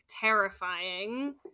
terrifying